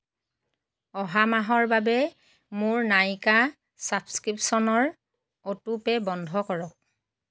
অহা মাহৰ বাবে মোৰ নাইকা ছাবস্ক্ৰিপশ্য়নৰ অটোপে' বন্ধ কৰক